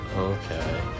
okay